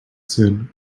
soon